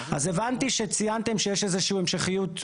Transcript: אז הבנתי שציינתם שיש איזושהי המשכיות ליורשים.